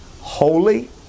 holy